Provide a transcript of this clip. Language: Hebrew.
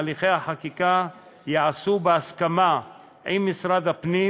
הליכי החקיקה ייעשו בהסכמה עם משרד הפנים